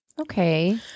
Okay